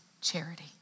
charity